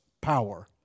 power